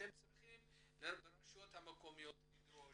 אתם צריכים ברשויות המקומיות לדרוש,